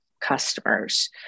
customers